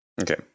okay